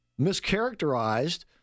mischaracterized